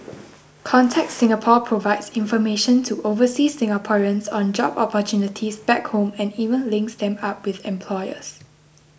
contact Singapore provides information to overseas Singaporeans on job opportunities back home and even links them up with employers